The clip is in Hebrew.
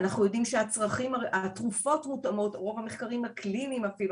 אנחנו יודעים שהצרכים והתרופות מותאמות רוב המחקרים הקליניים אפילו,